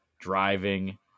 driving